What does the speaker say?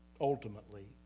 ultimately